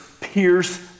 pierce